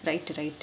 right right